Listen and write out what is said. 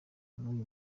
n’uyu